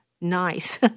nice